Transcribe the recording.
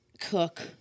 cook